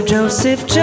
Joseph